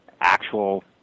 actual